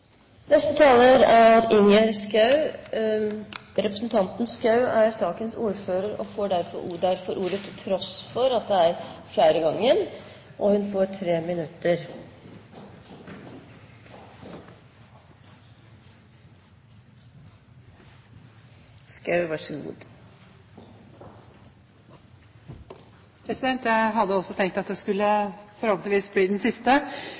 Neste taler er Ingjerd Schou. Representanten Schou er saksordfører og får derfor ordet til tross for at det er fjerde gang. Hun får 3 minutter. Jeg hadde også tenkt at jeg forhåpentligvis skulle bli den siste.